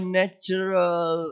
natural